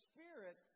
Spirit